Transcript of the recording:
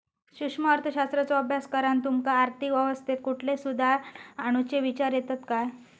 सूक्ष्म अर्थशास्त्राचो अभ्यास करान तुमका आर्थिक अवस्थेत कुठले सुधार आणुचे विचार येतत काय?